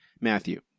Matthew